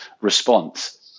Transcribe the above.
response